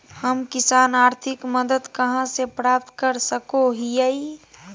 हम किसान आर्थिक मदत कहा से प्राप्त कर सको हियय?